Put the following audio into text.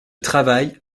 travail